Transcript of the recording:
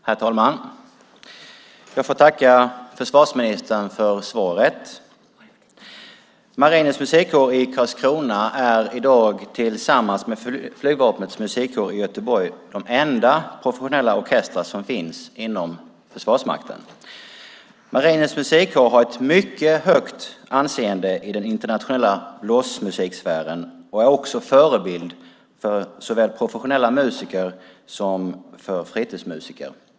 Herr talman! Jag får tacka försvarsministern för svaret. Marinens musikkår i Karlskrona är i dag tillsammans med Flygvapnets musikkår i Göteborg de enda professionella orkestrar som finns inom Försvarsmakten. Marinens musikkår har ett mycket högt anseende i den internationella blåsmusiksfären och är också förebild för såväl professionella musiker som fritidsmusiker.